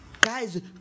guys